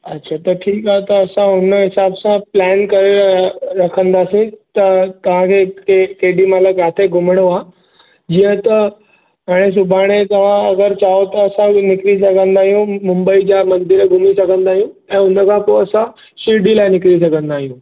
अछा त ठीकु आहे त असां उन हिसाब सां प्लैन करे रखंदासीं त तव्हां खे के केॾीमहिल किथे घुमणो आहे जीअं त हाणे सुभाणे तव्हां अगरि चाहियो त असां बि निकिरी सघंदा आहियूं मुम्बई जा मंदर घुमी सघंदा आहियूं ऐं उन खां पोइ असां शिरडी लाइ निकिरी सघंदा आहियूं